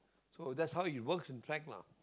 so that's how you works in fact lah